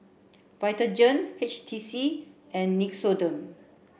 Vitagen H T C and Nixoderm